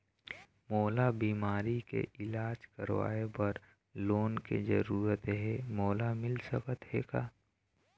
मोला बीमारी के इलाज करवाए बर लोन के जरूरत हे मोला मिल सकत हे का?